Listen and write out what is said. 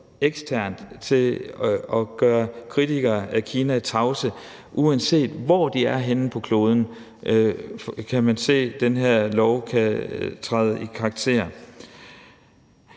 eksternt for at gøre kritikere af Kina tavse. Uanset hvor de er henne på kloden, kan man se den her lov kan træde i karakter.